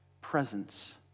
presence